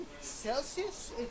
Celsius